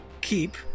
keep